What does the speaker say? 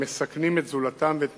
המסכנים את זולתם ואת